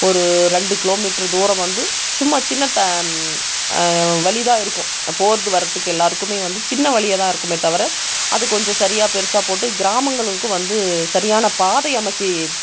ஒரு ரெண்டு kilometre தூரம் வந்து சும்மா சின்னதாகா வழி தான் இருக்கும் போறது வரதுக்கு எல்லாருக்குமே வந்து சின்ன வழியாகதான் இருக்குமே தவிர அது கொஞ்சம் சரியாக பெரிசா போட்டு கிராமங்களுக்கும் வந்து சரியான பாதை அமச்சு